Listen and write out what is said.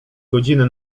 godziny